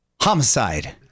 Homicide